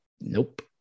Nope